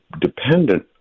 dependent